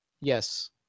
yes